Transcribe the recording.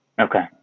Okay